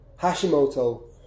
Hashimoto